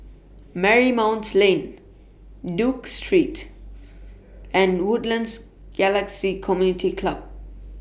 Marymount Lane Duke Street and Woodlands Galaxy Community Club